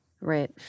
Right